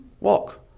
walk